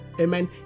amen